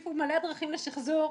תוסיפו מלא דרכים לשחזור,